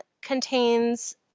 contains